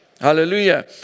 Hallelujah